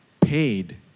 paid